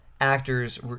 actors